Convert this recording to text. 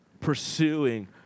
pursuing